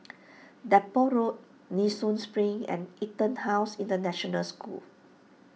Depot Road Nee Soon Spring and EtonHouse International School